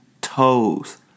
toes